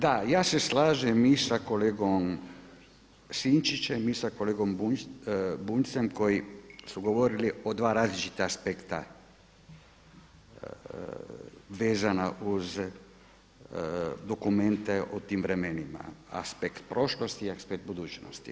Da, ja se slažem i sa kolegom Sinčićem i sa kolegom Bunjcem koji su govorili o dva različita aspekta vezana uz dokumente o tim vremenima, aspekt prošlosti i aspekt budućnost.